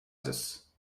zus